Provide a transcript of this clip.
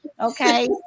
okay